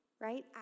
right